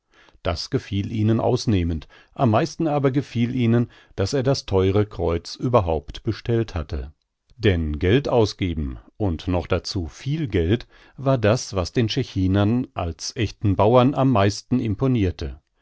das gefiel ihnen ausnehmend am meisten aber gefiel ihnen daß er das theure kreuz überhaupt bestellt hatte denn geld ausgeben und noch dazu viel geld war das was den tschechinern als echten bauern am meisten imponirte